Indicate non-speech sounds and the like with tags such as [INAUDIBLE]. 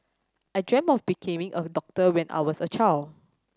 I dreamt of [UNINTELLIGIBLE] a doctor when I was a child